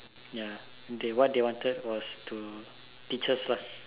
ya they what they wanted was to teach us lah